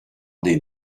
des